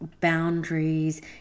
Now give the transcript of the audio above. boundaries